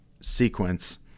sequence